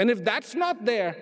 and if that's not there